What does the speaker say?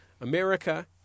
America